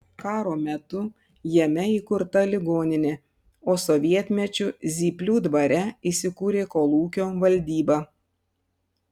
karo metu jame įkurta ligoninė o sovietmečiu zyplių dvare įsikūrė kolūkio valdyba